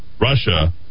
russia